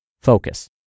focus